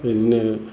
बेदिनो